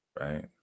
right